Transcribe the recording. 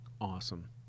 awesome